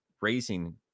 raising